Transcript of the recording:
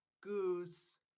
goose